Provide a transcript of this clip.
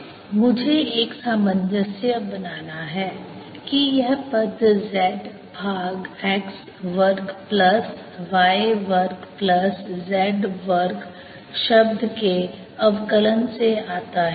mx∂xrr3mx∂xxxyyzzx2y2z232mxxx2y2z232 322xxxx2y2z252 322xyyx2y2z252 322xzzx2y2z252 मुझे एक सामंजस्य बनाना चाहिए कि यह पद z भाग x वर्ग प्लस y वर्ग प्लस z वर्ग शब्द के अवकलन से आता है